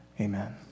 amen